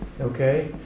Okay